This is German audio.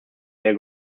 ihrer